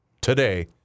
today